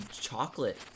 chocolate